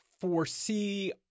foresee